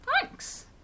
Thanks